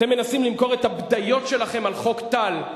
אתם מנסים למכור את הבדיות שלכם על חוק טל.